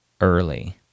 early